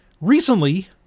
recently